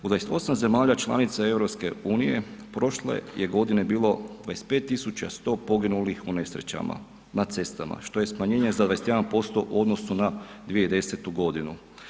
U 28 zemalja članica EU prošle je godine bilo 25 tisuća 100 poginulih u nesrećama na cestama što je smanjenje za 21% u odnosu na 2010. godinu.